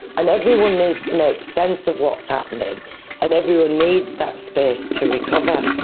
and everyone needs to make sense of what's happening and everyone needs that space to recover.